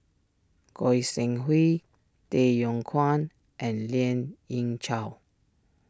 Goi Seng Hui Tay Yong Kwang and Lien Ying Chow